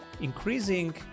increasing